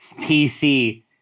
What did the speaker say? PC